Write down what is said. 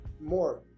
More